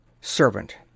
SERVANT